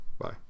bye